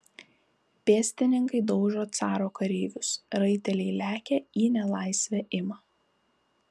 pėstininkai daužo caro kareivius raiteliai lekia į nelaisvę ima